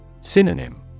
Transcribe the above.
Synonym